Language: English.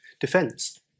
Defense